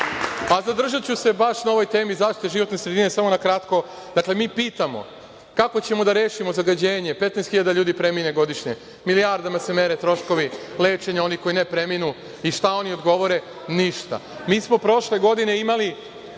zadržaću se baš na ovoj temi zaštite životne sredine, samo na kratko, dakle, mi pitamo kako ćemo da rešimo zagađenje? Petnaest hiljada ljudi premine godišnje. Milijardama se mere troškovi lečenja onih koji ne preminu. I šta oni odgovore? Ništa. Mi smo prošle godine imali